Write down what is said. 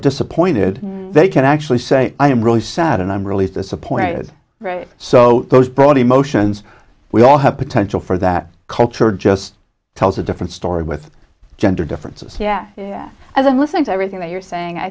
disappointed they can actually say i am really sad and i'm really disappointed right so those broad emotions we all have potential for that culture just tells a different story with gender differences yeah yeah i've been listening to everything that you're saying i